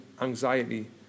anxiety